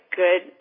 good